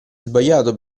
sbagliato